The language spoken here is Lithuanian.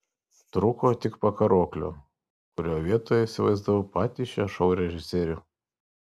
trūko tik pakaruoklio kurio vietoje įsivaizdavau patį šio šou režisierių